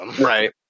Right